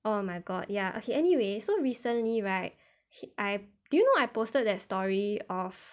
oh my god ya okay anyway so recently right I do you know I posted that story of